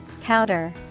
Powder